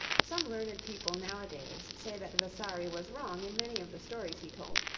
some learned people nowadays say that vasari was wrong in many of the stories he told,